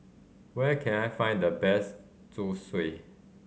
where can I find the best Zosui